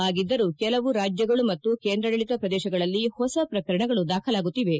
ಹಾಗಿದ್ಲರೂ ಕೆಲವು ರಾಜ್ಲಗಳು ಮತ್ತು ಕೇಂದ್ರಾಡಳಿತ ಪ್ರದೇಶಗಳಲ್ಲಿ ಹೊಸ ಪ್ರಕರಣಗಳು ದಾಖಲಾಗುತ್ತಿವೆ